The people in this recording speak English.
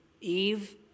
Eve